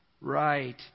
Right